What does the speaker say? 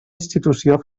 institució